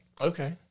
Okay